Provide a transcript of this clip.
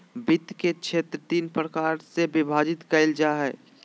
वित्त के क्षेत्र तीन प्रकार से विभाजित कइल जा हइ